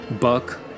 Buck